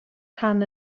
rhan